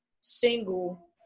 single